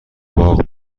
باغ